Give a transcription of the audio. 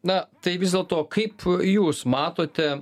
na tai vis dėlto kaip jūs matote